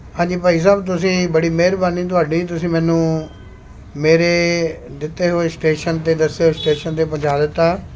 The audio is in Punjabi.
ਹਾਂਜੀ ਭਾਈ ਸਾਹਿਬ ਤੁਸੀਂ ਬੜੀ ਮਿਹਰਬਾਨੀ ਤੁਹਾਡੀ ਤੁਸੀਂ ਮੈਨੂੰ ਮੇਰੇ ਦਿੱਤੇ ਹੋਏ ਸਟੇਸ਼ਨ 'ਤੇ ਦੱਸੇ ਹੋਏ ਸਟੇਸ਼ਨ 'ਤੇ ਪਹੁੰਚਾ ਦਿੱਤਾ